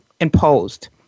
imposed